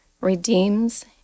redeems